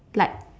like